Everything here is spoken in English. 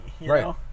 Right